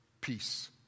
peace